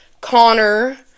Connor